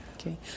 Okay